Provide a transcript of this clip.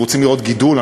אנחנו רוצים לראות גידול,